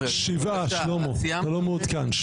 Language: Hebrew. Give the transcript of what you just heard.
שבעה, שלמה, אתה לא מעודכן.